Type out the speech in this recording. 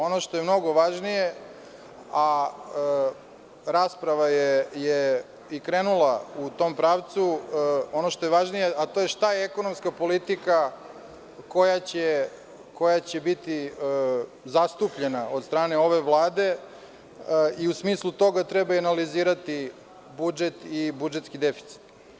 Ono što je mnogo važnije, a rasprava je i krenula u tom pravcu, šta je ekonomska politika koja će biti zastupljena od strane ove vlade, i u smislu toga treba i analizirati budžet i budžetski deficit.